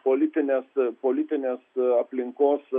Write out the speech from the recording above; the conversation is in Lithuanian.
politinės politinės aplinkos